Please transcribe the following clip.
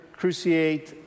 cruciate